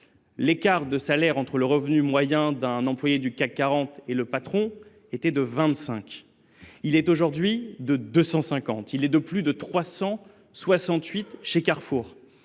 l’écart de salaire entre le revenu moyen d’un employé du CAC 40 et son patron était de 25. Il est désormais de 250 et même de plus de 368 chez Carrefour